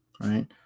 right